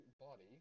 Body